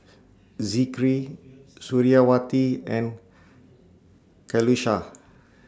Zikri Suriawati and Qalisha